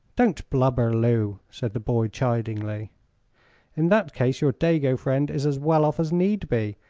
don't blubber, lou, said the boy, chidingly in that case your dago friend is as well off as need be.